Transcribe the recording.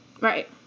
Right